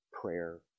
prayer